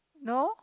no